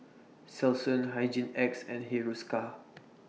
Selsun Hygin X and Hiruscar